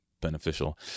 beneficial